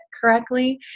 correctly